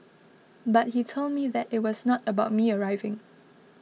but he told me that it was not about me arriving